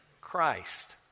Christ